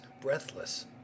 breathless